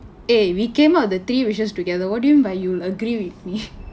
eh we came out the three wishes together what do you mean by you'll agree with me